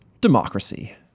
democracy